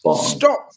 Stop